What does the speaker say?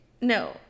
No